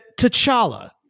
T'Challa